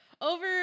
Over